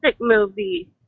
movie